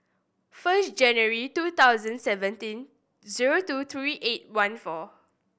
first January two thousand seventeen zero two three eight one four